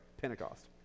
Pentecost